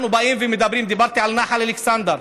דיברתי על נחל אלכסנדר.